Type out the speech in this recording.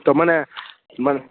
તો મને મને